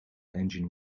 engine